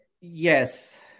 yes